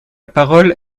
parole